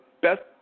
best